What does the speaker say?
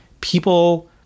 people